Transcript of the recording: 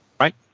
right